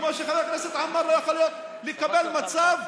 כמו שחבר הכנסת עמאר לא יכול לקבל מצב,